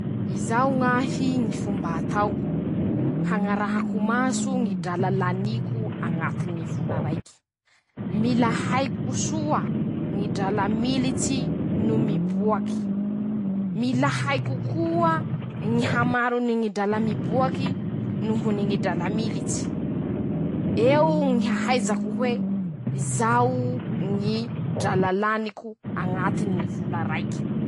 Izao ñ'ahy ñy fomba ataoko, hañarahako maso ñy vola laniko añatiny vola raiky: -Mila haiko soa ñy drala militsy no miboaky. -Mila haiko koa ñy hamarony ñy drala miboaky noho ñy drala militsy, eo ñy ahaizako hoe, zao ñy drala laniko añatiny ñy vola raike.